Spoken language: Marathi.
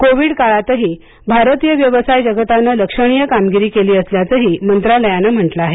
कोविड काळातही भारतीय व्यवसाय जगताने लक्षणीय कामगिरी केली असल्याचंही मंत्रालयानं म्हटलं आहे